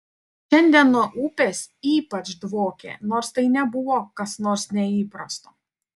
šiandien nuo upės ypač dvokė nors tai nebuvo kas nors neįprasto